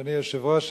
אדוני היושב-ראש,